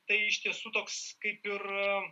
tai iš tiesų toks kaip ir